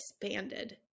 expanded